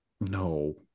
No